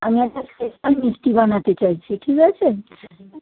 আমি একটা স্পেশাল মিষ্টি বানাতে চাইছি ঠিক আছে